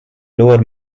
lower